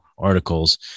articles